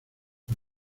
con